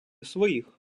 своїх